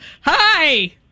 Hi